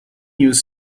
use